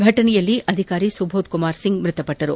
ಘಟನೆಯಲ್ಲಿ ಅಧಿಕಾರಿ ಸುಬೋಧ್ ಕುಮಾರ್ ಸಿಂಗ್ ಮ್ವತಪಟ್ಟಿದ್ದಾರೆ